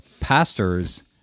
pastors